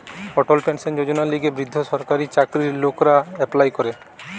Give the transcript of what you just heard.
অটল pension যোজনার লিগে বৃদ্ধ সরকারি চাকরির লোকরা এপ্লাই করে